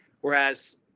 Whereas